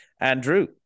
Andrew